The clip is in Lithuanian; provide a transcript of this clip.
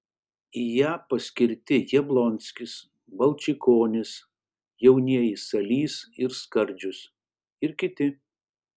į ją paskirti jablonskis balčikonis jaunieji salys ir skardžius ir kiti